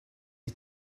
est